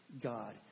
God